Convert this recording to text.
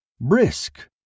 brisk